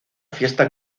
fiesta